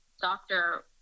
doctor